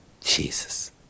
Jesus